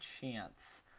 chance